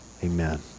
Amen